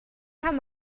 kann